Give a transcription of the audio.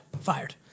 fired